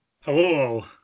Hello